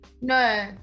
No